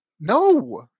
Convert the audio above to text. No